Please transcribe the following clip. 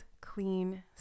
clean